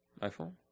iPhone